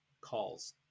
calls